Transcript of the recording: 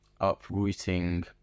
uprooting